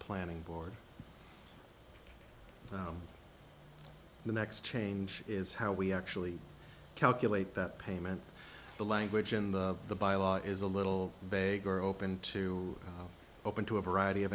planning board the next change is how we actually calculate that payment the language in the the by law is a little beggar open to open to a variety of